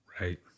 Right